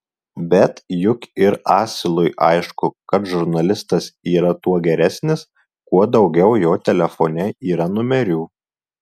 bet juk ir asilui aišku kad žurnalistas yra tuo geresnis kuo daugiau jo telefone yra numerių